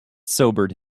sobered